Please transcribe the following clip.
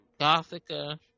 Gothica